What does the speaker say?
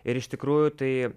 ir iš tikrųjų tai